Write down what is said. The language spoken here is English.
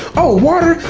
oh water?